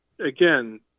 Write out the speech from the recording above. again